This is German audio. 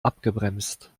abgebremst